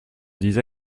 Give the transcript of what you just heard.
disais